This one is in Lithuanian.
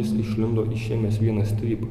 jis išlindo išėmęs vieną strypą